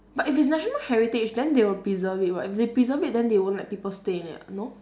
but if it's national heritage then they will preserve it [what] if they preserve it then they won't let people stay in it no